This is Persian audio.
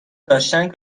داشتند